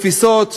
תפיסות,